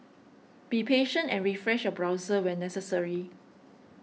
be patient and refresh your browser when necessary